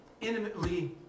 intimately